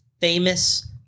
famous